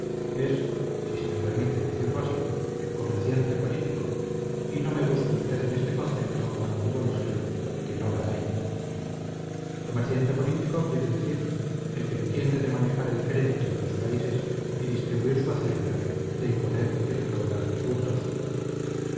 si se me permite decirlo así comerciante político y no me busque usted en este concepto la anfibología que no la hay comerciante político quiere decir el que entiende de manejar el crédito de los países y distribuir su hacienda de imponer y recaudar tributos